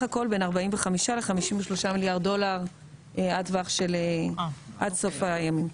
הכול בין 45 ל-53 מיליארד דולר עד סוף הימים.